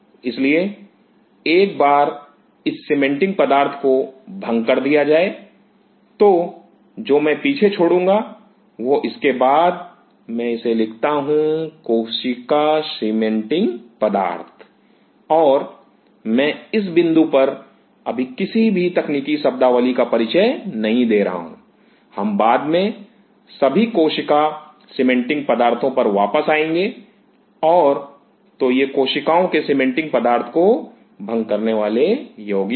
इसलिए एक बार इस सीमेंटिंग पदार्थ को भंग कर दिया जाए तो जो मैं पीछे छोडूंगा वह इसके बाद मैं इसे लिखता हूं कोशिका सीमेंटिंग पदार्थ और मैं इस बिंदु पर अभी किसी भी तकनीकी शब्दावली का परिचय नहीं दे रहा हूं हम बाद में सभी कोशिका सीमेंटिंग पदार्थों पर वापस आएंगे और तो ये कोशिकाओं के सीमेंटिंग पदार्थ को भंग करने वाले यौगिक हैं